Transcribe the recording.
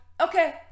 Okay